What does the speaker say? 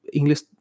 English